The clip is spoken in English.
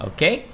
Okay